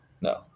no